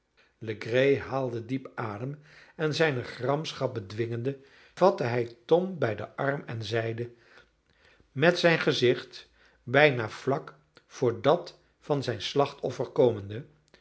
legree haalde diep adem en zijne gramschap bedwingende vatte hij tom bij den arm en zeide met zijn gezicht bijna vlak voor dat van zijn slachtoffer komende